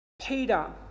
Peter